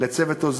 בצו 8,